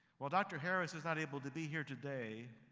while dr. harris is not able to be here today,